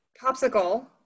popsicle